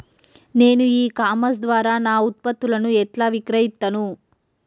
నేను e commerce ద్వారా నా ఉత్పత్తులను ఎట్లా విక్రయిత్తను?